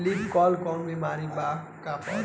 Leaf curl कौनो बीमारी बा का पौधा के?